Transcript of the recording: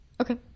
Okay